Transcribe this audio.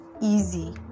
easy